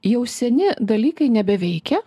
jau seni dalykai nebeveikia